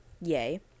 yay